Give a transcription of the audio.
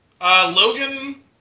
Logan